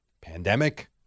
pandemic